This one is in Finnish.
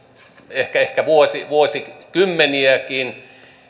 ehkä ehkä vuosikymmeniäkin